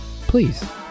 please